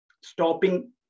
stopping